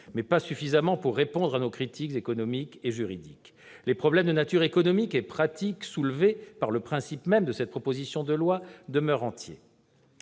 mais pas suffisamment pour répondre à nos critiques économiques et juridiques. Les problèmes de nature économique et pratique soulevés par le principe même de cette proposition de loi demeurent entiers.